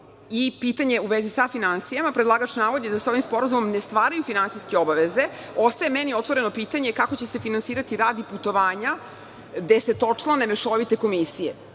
saradnji. Pitanje u vezi sa finansijama predlagač navodi da se ovim sporazumom ne stvaraju finansijske obaveze. Ostaje meni otvoreno pitanje kako će se finansirati rad i putovanja desetočlane mešovite komisije?